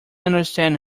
understand